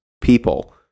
people